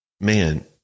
man